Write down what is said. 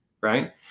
right